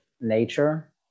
nature